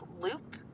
loop